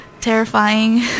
terrifying